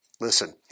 Listen